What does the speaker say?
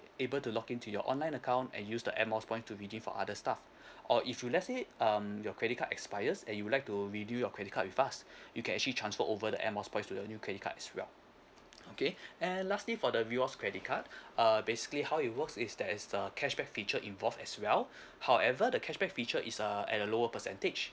able to log in to your online account and use the air miles points to redeem for other stuff or if you let's say um your credit card expires and you would like to renew your credit card with us you can actually transfer over the air miles points to the new credit card as well okay and lastly for the rewards credit card err basically how it works is that as the cashback feature involved as well however the cashback feature is err at a lower percentage